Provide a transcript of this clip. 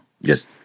Yes